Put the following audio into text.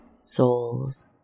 souls